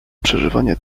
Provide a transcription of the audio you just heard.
przeżywanie